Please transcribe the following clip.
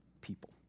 people